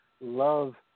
love